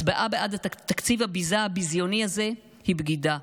הצבעה בעד התקציב הביזה הביזיוני הזה היא בגידה.